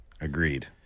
Agreed